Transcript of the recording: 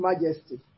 majesty